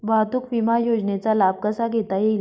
वाहतूक विमा योजनेचा लाभ कसा घेता येईल?